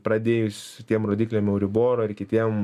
pradėjus tiem rodikliam euribor ar kitiem